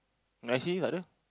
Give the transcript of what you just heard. I see tak ada